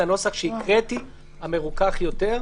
זה הנוסח המרוכך יותר שהקראתי.